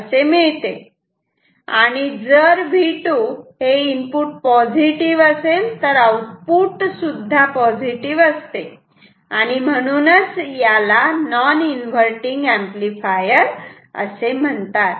आणि जर V2 हे इनपुट पॉझिटिव्ह असेल तर आउटपुट सुद्धा पॉझिटिव असते आणि म्हणून याला नॉन इन्व्हर्टटिंग एंपलीफायर असे म्हणतात